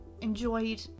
enjoyed